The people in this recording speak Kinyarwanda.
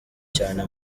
cyane